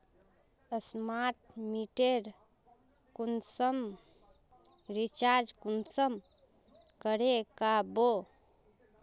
Smart मीटरेर कुंसम recharge कुंसम करे का बो?